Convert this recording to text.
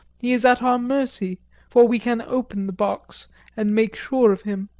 he is at our mercy for we can open the box and make sure of him,